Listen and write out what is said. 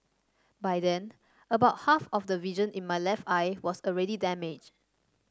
by then about half of the vision in my left eye was already damaged